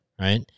Right